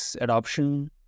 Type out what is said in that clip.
adoption